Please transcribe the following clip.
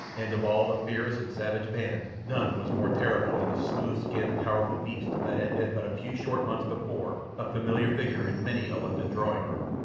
and of all the fierce and savage band none was more terrible than the smooth-skinned, powerful beast that had been but a few short months before a familiar figure in many a london drawing room.